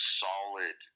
solid